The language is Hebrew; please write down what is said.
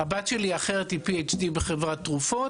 הבת שלי האחרת היא PHD בחברת תרופות.